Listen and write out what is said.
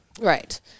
Right